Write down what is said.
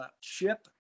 ship